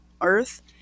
earth